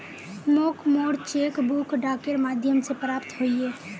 मोक मोर cheque book डाकेर माध्यम से प्राप्त होइए